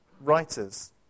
writers